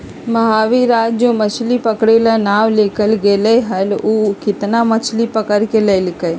महावीर आज जो मछ्ली पकड़े ला नाव लेकर गय लय हल ऊ कितना मछ्ली पकड़ कर लल कय?